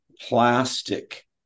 plastic